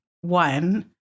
one